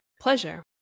pleasure